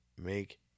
make